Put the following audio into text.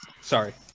sorry